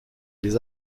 les